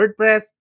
wordpress